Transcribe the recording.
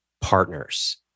partners